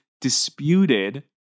disputed